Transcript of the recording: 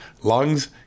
lungs